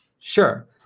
Sure